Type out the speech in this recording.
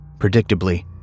Predictably